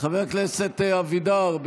חבר הכנסת אבידר,